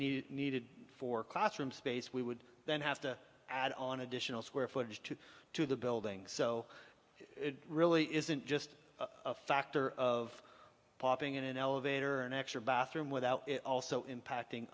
needed needed for classroom space we would then have to add on additional square footage to to the building so it really isn't just a factor of popping in an elevator an extra bathroom without also impacting